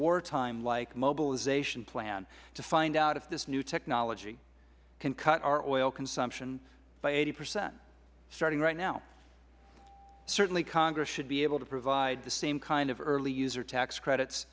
wartime like mobilization plan to find out if this new technology can cut our oil consumption by eighty percent starting right now certainly congress should be able to provide the same kind of early user tax credits